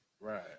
Right